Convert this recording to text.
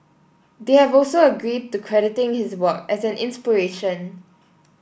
they have also agreed to crediting his work as an inspiration